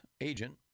agent